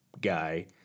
guy